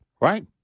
Right